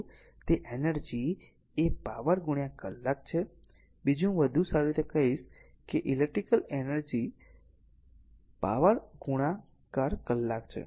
તે એનર્જી એ પાવર ગુણ્યા કલાક છે બીજી હું વધુ સારી રીતે કહી શકું કે ઈલેક્ટ્રીકલ એનર્જી પાવર ગુણાકાર કલાક છે